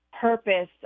purpose